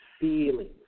feelings